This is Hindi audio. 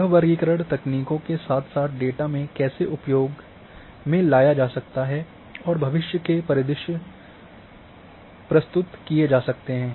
यह वर्गीकरण तकनीकों के साथ साथ डेटा में कैसे उपयोग में लाया जा सकता है और भविष्य के परिदृश्य प्रस्तुत किए जा सकते हैं